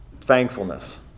thankfulness